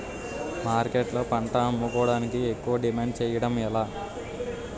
మార్కెట్లో పంట అమ్ముకోడానికి ఎక్కువ డిమాండ్ చేయడం ఎలా?